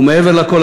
ומעבר לכול,